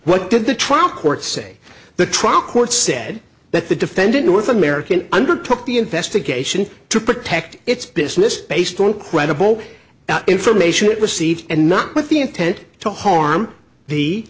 what did the trial court say the trial court said that the defendant north american undertook the investigation to protect its business based on credible information it was c and not with the intent to harm the